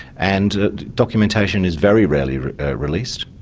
and documentation is very rarely released.